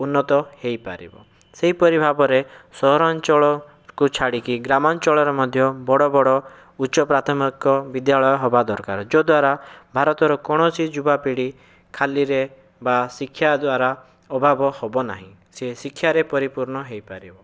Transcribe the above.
ଉନ୍ନତ ହୋଇପାରିବ ସେହିପରି ଭାବରେ ସହରାଞ୍ଚଳକୁ ଛାଡ଼ିକି ଗ୍ରାମାଞ୍ଚଳରେ ମଧ୍ୟ ବଡ଼ ବଡ଼ ଉଚ୍ଚ ପ୍ରାଥମିକ ବିଦ୍ୟାଳୟ ହେବା ଦରକାର ଯଦ୍ୱାରା ଭାରତର କୌଣସି ଯୁବା ପିଢ଼ୀ ଖାଲିରେ ବା ଶିକ୍ଷା ଦ୍ୱାରା ଅଭାବ ହେବ ନାହିଁ ସେ ଶିକ୍ଷାରେ ପରିପୂର୍ଣ ହୋଇପାରିବ